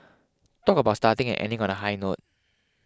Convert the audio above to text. talk about starting and ending on a high note